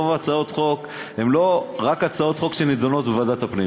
רוב הצעות החוק הן לא רק הצעות חוק שנדונות בוועדת הפנים.